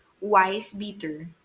wife-beater